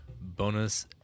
bonus